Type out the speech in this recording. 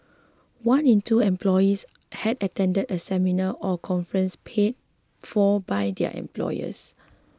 one in two employees had attended a seminar or conference paid for by their employers